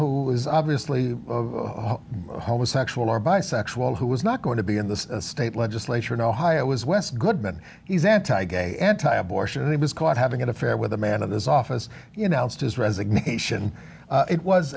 who is obviously homosexual or bisexual who was not going to be in the state legislature in ohio was west goodman he's anti gay anti abortion and he was caught having an affair with a man of his office you know it's his resignation it was